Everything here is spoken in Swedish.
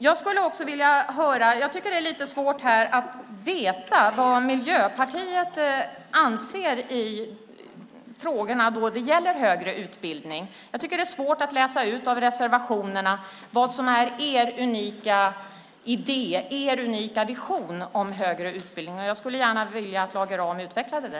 Jag tycker att det är lite svårt att veta vad Miljöpartiet anser i frågorna om högre utbildning. Det är svårt att läsa ut ur reservationerna vad som är er unika idé, er unika vision om högre utbildning. Jag skulle gärna vilja att Lage Rahm utvecklade det.